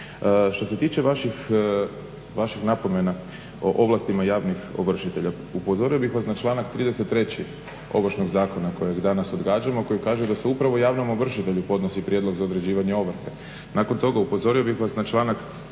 Što se tiče vaših napomena o ovlastima javnih ovršitelja, upozorio bih vas na članak 33. Ovršnog zakona kojeg danas odgađamo, a koji kaže da se upravo javnom ovršitelju podnosi prijedlog za određivanje ovrhe. Nakon toga upozorio bih vas na članak